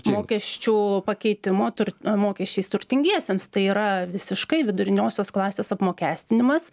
mokesčių pakeitimo tur mokesčiais turtingiesiems tai yra visiškai viduriniosios klasės apmokestinimas